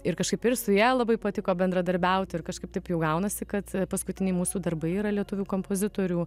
ir kažkaip ir su ja labai patiko bendradarbiauti ir kažkaip taip jau gaunasi kad paskutiniai mūsų darbai yra lietuvių kompozitorių